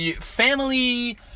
family